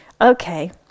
okay